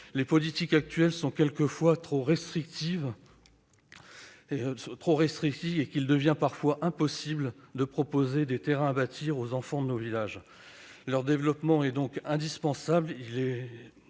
Les politiques actuelles sont quelquefois trop restrictives : il devient parfois impossible de proposer des terrains à bâtir aux enfants de nos villages. Leur développement, indispensable,